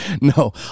No